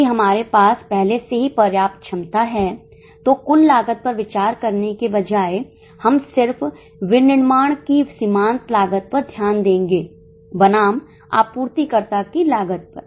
यदि हमारे पास पहले से ही पर्याप्त क्षमता है तो कुल लागत पर विचार करने के बजाय हम सिर्फ विनिर्माण की सीमांत लागत पर ध्यान देंगे बनाम आपूर्तिकर्ता की लागत पर